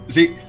See